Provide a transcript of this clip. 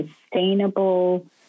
sustainable